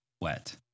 wet